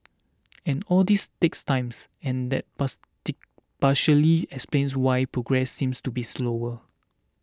and all this takes time and that pass tick explains why progress seems to be slower